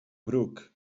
bruc